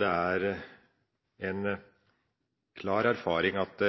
Det er en klar erfaring at